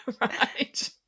Right